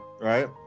right